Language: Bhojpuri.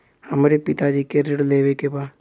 हमरे पिता जी के ऋण लेवे के बा?